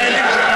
החנויות,